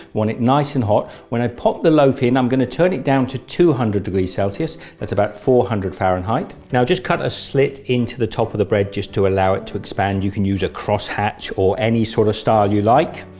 it nice and hot, when i pop the loaf in i'm going to turn it down to two hundred degrees celsius that's about four hundred fahrenheit. now just cut a slit into the top of the bread just to allow it to expand, you can use a crosshatch or any sort of style you like.